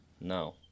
No